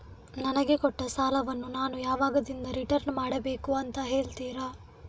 ನನಗೆ ಕೊಟ್ಟ ಸಾಲವನ್ನು ನಾನು ಯಾವಾಗದಿಂದ ರಿಟರ್ನ್ ಮಾಡಬೇಕು ಅಂತ ಹೇಳ್ತೀರಾ?